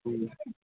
മ്